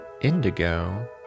indigo